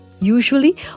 usually